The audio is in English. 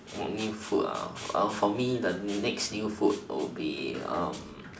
what new food for me the next new food will be